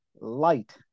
light